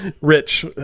Rich